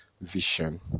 vision